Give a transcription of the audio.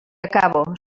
acabo